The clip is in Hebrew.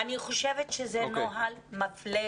אני חושבת שזה נוהל מפלה.